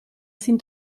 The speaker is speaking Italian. sin